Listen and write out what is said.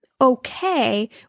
okay